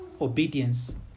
obedience